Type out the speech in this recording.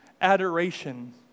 adoration